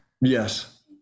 Yes